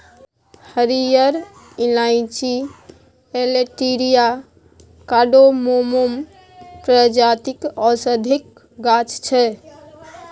हरियर इलाईंची Elettaria cardamomum प्रजातिक औषधीक गाछ छै